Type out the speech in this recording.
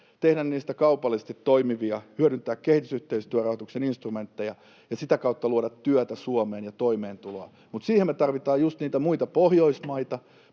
Tehdä niistä kaupallisesti toimivia, hyödyntää kehitysyhteistyörahoituksen instrumentteja ja sitä kautta luoda työtä ja toimeentuloa Suomeen, mutta siihen me tarvitaan just niitä muita Pohjoismaita,